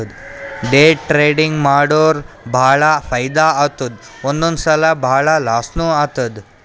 day trading ಮಾಡುರ್ ಭಾಳ ಫೈದಾ ಆತ್ತುದ್ ಒಂದೊಂದ್ ಸಲಾ ಭಾಳ ಲಾಸ್ನೂ ಆತ್ತುದ್